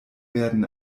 werden